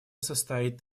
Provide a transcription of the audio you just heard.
состоит